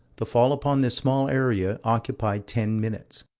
the fall upon this small area occupied ten minutes.